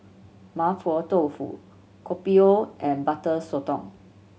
Mapo Tofu Kopi O and Butter Sotong